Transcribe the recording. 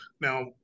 Now